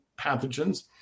pathogens